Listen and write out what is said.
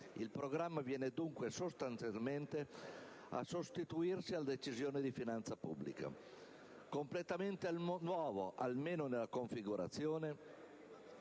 Il Programma, dunque, viene sostanzialmente a sostituirsi alla decisione di finanza pubblica. Completamente nuovo, almeno nella configurazione